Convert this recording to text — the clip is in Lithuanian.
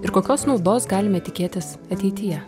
ir kokios naudos galime tikėtis ateityje